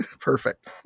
Perfect